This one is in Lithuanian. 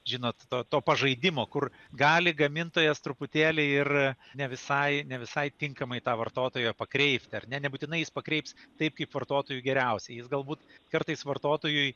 žinot to pažaidimo kur gali gamintojas truputėlį ir ne visai ne visai tinkamai tą vartotoją pakreipti ar ne nebūtinai jis pakreips taip kaip vartotojui geriausia jis galbūt kartais vartotojui